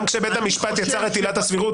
גם כשבית המשפט יצר את עילת הסבירות,